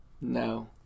No